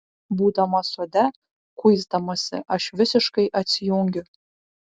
būdama sode kuisdamasi aš visiškai atsijungiu